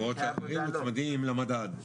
בעוד שאחרים מוצמדים למדד.